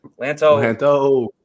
Lanto